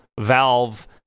Valve